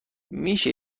میشه